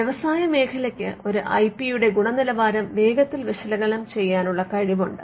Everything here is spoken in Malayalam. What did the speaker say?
വ്യവസ്യമേഖലയ്ക്ക് ഒരു ഐ പി യുടെ ഗുണനിലവാരം വേഗത്തിൽ വിശകലനം ചെയ്യാനുള്ള കഴിവുണ്ട്